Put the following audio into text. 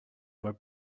were